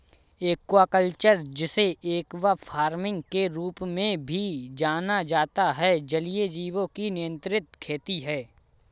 aquaculture, जिसे aqua farming के रूप में भी जाना जाता है, जलीय जीवों की नियंत्रित खेती है